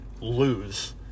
lose